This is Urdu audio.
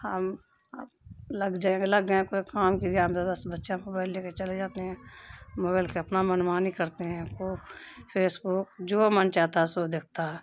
ہم اب لگ جائیں گے لگ گئے ہیں کوئی کام کی بچے موبائل لے کے چلے جاتے ہیں موبائل کے اپنا من مانی کرتے ہیں ہم کو فیس بک جو من چاہتا ہے سو دیکھتا ہے